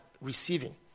receiving